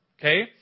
okay